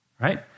Right